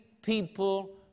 people